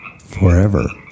forever